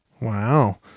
Wow